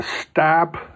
stab